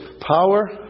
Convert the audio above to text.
power